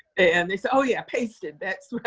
and they said, oh, yeah, pasted, that's right.